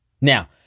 Now